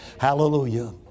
Hallelujah